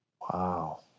Wow